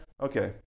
Okay